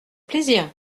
plaisir